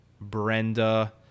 Brenda